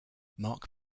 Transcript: mark